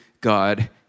God